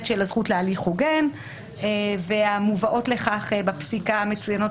של הזכות להליך הוגן והמובאות לכך בפסיקה מצוינות